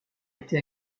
été